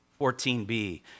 14b